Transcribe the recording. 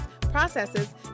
processes